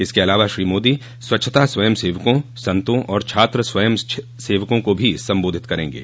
इसके अलावा श्री मोदी स्वच्छता स्वयं सेवकों संतो और छात्र स्वयं सेवकों को भी संबोधित करेंगे